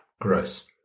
Gross